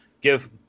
give